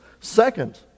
Second